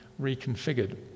reconfigured